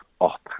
up